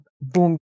boom